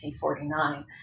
1949